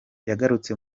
yagarutse